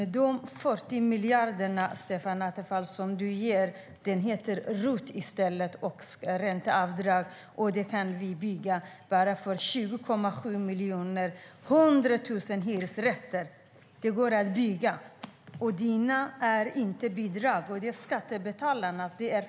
De 40 miljarder som du, Stefan Attefall, ger heter ROT och ränteavdrag i stället. Vi kan för bara 20,7 miljarder bygga 100 000 hyresrätter. Det går att bygga. Dina pengar är inte bidrag, utan det är skattebetalarnas pengar.